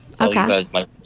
okay